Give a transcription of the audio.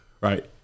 right